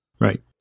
Right